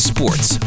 Sports